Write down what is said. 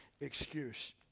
excuse